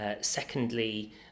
Secondly